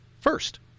First